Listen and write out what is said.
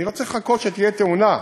אני לא צריך לחכות שתהיה תאונה.